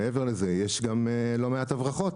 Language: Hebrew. מעבר לזה יש גם לא מעט הברחות.